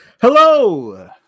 Hello